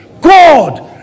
God